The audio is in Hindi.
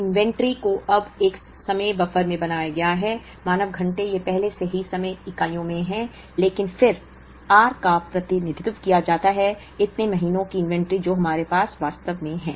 इन्वेंट्री को अब एक समय बफर में बनाया गया है मानव घंटे यह पहले से ही समय इकाइयों में है लेकिन फिर r का प्रतिनिधित्व किया जाता है इतने महीनों की इन्वेंट्री जो हमारे पास वास्तव में है